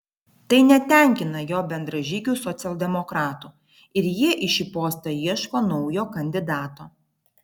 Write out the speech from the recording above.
tai netenkina jo bendražygių socialdemokratų ir jie į šį postą ieško naujo kandidato